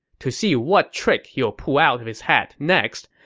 to see what trick he'll pull out of his hat next,